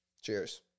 Cheers